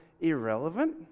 irrelevant